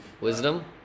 wisdom